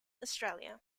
australia